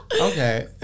Okay